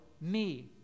me